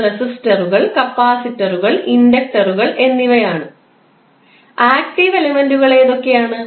ഇത് റെസിസ്റ്ററുകൾ കപ്പാസിറ്ററുകൾ ഇൻഡക്റ്ററുകൾ എന്നിവയാണ് ആക്ടീവ് എലമെൻറുകൾ എന്തൊക്കെയാണ്